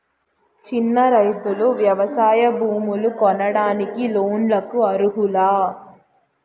చిన్న రైతులు వ్యవసాయ భూములు కొనడానికి లోన్ లకు అర్హులా?